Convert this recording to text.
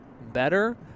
better